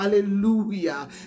Hallelujah